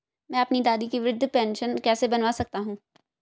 मैं अपनी दादी की वृद्ध पेंशन कैसे बनवा सकता हूँ?